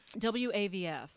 WAVF